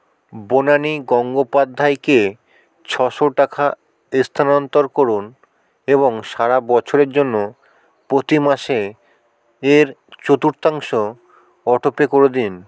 বনানি গঙ্গোপাধ্যায়কে ছশো টাকা স্থানান্তর করুন এবং সারা বছরের জন্য প্রতি মাসে এর চতুর্থাংশ অটোপে করে দিন